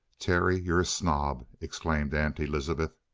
terry, you're a snob! exclaimed aunt elizabeth.